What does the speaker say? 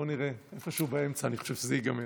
בואי נראה, איפשהו באמצע אני חושב שזה ייגמר.